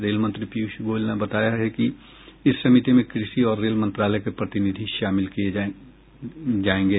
rail मंत्री पीयूष गोयल ने बताया है कि इस समिति में कृषि और रेल मंत्रालय के प्रतिनिधि शामिल किए गए हैं